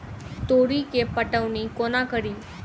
तोरी केँ पटौनी कोना कड़ी?